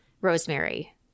rosemary